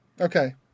Okay